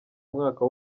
mwaka